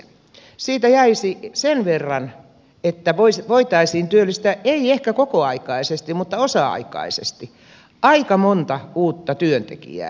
siitä jäisi sen verran että voitaisiin työllistää ei ehkä kokoaikaisesti mutta osa aikaisesti aika monta uutta työntekijää